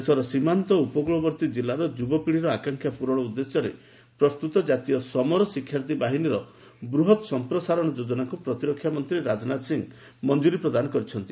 ଦେଶର ସୀମାନ୍ତ ଓ ଉପକୃଳବର୍ତ୍ତୀ କିଲ୍ଲାର ଯୁବାପିଢ଼ୀର ଆକାଂକ୍ଷା ପୂରଣ ଉଦ୍ଦେଶ୍ୟରେ ପ୍ରସ୍ତୁତ ଜାତୀୟ ସମର ଶିକ୍ଷାର୍ଥୀ ବାହିନୀର ବୃହତ୍ ସମ୍ପ୍ରସାରଣ ଯୋଜନାକୁ ପ୍ରତିରକ୍ଷାମନ୍ତ୍ରୀ ରାଜନାଥ ସିଂହ ମଞ୍ଜୁରୀ ପ୍ରଦାନ କରିଛନ୍ତି